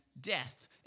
death